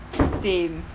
same